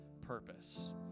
purpose